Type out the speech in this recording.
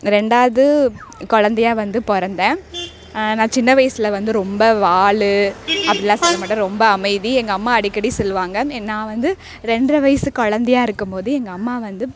ரெண்டாவது கொழந்தையா வந்து பிறந்தேன் நான் சின்ன வயதுல வந்து ரொம்ப வால் அப்படிலாம் சொல்லமாட்டேன் ரொம்ப அமைதி எங்கள் அம்மா அடிக்கடி சொல்லுவாங்க நான் வந்து ரெண்டர வயசு கொழந்தையா இருக்கும்போது எங்கள் அம்மா வந்து